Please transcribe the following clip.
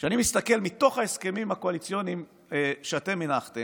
אני מסתכל מתוך ההסכמים הקואליציוניים שפורסמו,